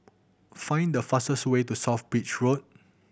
find the fastest way to South Bridge Road